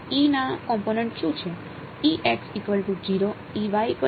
ના કોમ્પોનેંટ શું છે